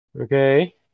Okay